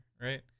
right